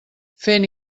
fent